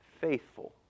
faithful